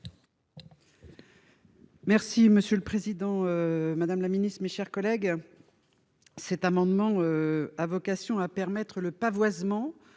Merci, monsieur le Président. Madame la Ministre, mes chers collègues. Cet amendement. A vocation à permettre le pavoisement